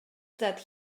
that